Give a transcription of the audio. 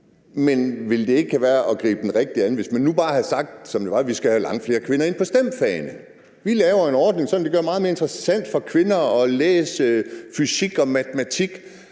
Men ville det ikke være at gribe det rigtigt an, hvis man nu havde sagt, at vi skal have langt flere kvinder ind på STEM-fagene? Vi laver en ordning, sådan at det bliver meget mere interessant for kvinder at læse fysik og matematik